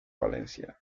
valencia